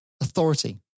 authority